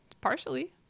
partially